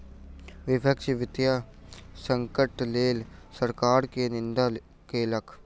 विपक्ष वित्तीय संकटक लेल सरकार के निंदा केलक